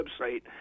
website